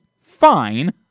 fine –